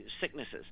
sicknesses